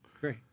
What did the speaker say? Great